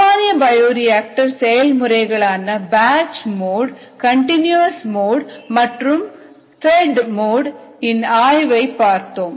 சாமானிய பயோரியாக்டர் செயல் முறைகளான பேட்ச் மோடு கன்டினியூவஸ் மோடு மற்றும் பேட் மோடு இன் ஆய்வை பார்த்தோம்